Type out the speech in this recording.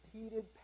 repeated